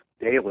daily